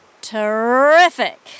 Terrific